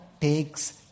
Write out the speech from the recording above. takes